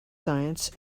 science